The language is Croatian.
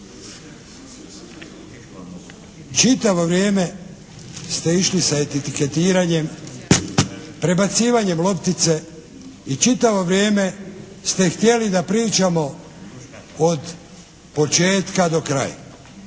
Čitavo vrijeme ste išli sa etiketiranjem, prebacivanjem loptice i čitavo vrijeme ste htjeli da pričamo od početka do kraja.